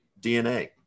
DNA